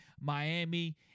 Miami